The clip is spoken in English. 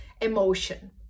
emotion